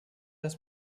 das